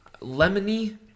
lemony